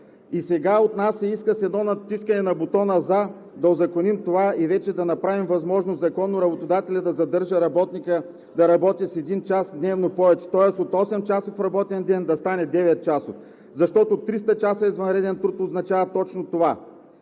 и сега от нас се иска с едно натискане на бутона „за“ да узаконим това и вече да направим възможно законно работодателят да задържа работника да работи с един час дневно повече, тоест от 8-часов работен ден да стане 9-часов, защото 300 часа извънреден труд означава точно това.